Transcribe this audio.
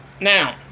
Now